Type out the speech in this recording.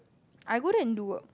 I go there and do work